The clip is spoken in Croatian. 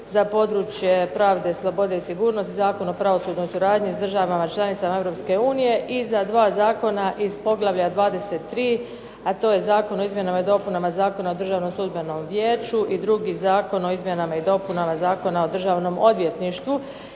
Za područje pravde, slobode i sigurnosti Zakon o pravosudnoj suradnji s državama članicama Europske unije, i za dva zakona iz poglavlja 23. a to je Zakon o izmjenama i dopunama Zakona o državno sudbenom vijeću i drugi zakon o izmjenama i dopunama Zakona o Državnom odvjetništvu.